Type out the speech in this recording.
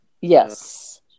Yes